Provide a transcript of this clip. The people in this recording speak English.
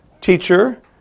Teacher